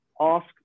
ask